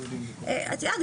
את יודעת,